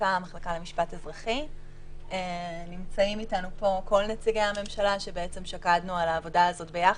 נמצאים איתנו פה כל נציגי הממשלה שבעצם שקדנו על העבודה הזאת ביחד,